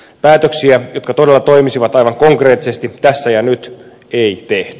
päätöksiä jotka todella toimisivat aivan konkreettisesti tässä ja nyt ei tehty